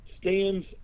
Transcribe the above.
stands